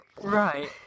Right